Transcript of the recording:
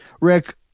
Rick